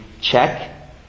check